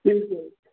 ठीकु है